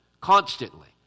constantly